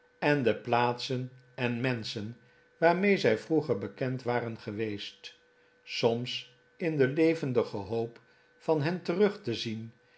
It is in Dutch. en de plaatsen en menschen waarmee zij vroeger bekend waren geweest soms in de levendige hoop van hen terug te zien